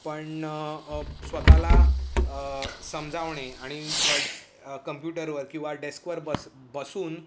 पण स्वतःला समजावणे आणि कंप्युटरवर किंवा डेस्कवर बस बसून